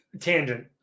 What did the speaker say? tangent